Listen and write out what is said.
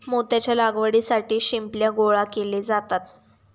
मोत्याच्या लागवडीसाठी शिंपल्या गोळा केले जातात